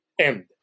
end